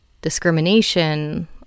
discrimination